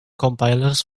compilers